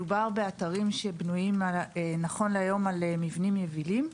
מדובר באתרים שבנויים נכון להיום על מבנים יבילים.